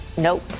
Nope